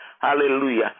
Hallelujah